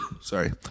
Sorry